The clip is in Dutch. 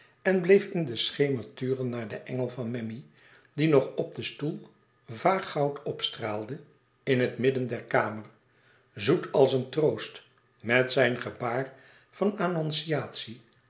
en bleef in den schemer turen naar den engel van memmi die nog op den stoel vaag goud opstraalde in het midden der kamer zoet als een troost met zijn gebaar van